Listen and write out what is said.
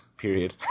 Period